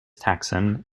taxon